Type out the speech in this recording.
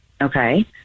Okay